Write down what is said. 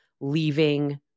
leaving